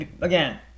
again